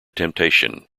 temptation